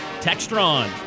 Textron